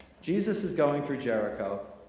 jesus is going through jericho,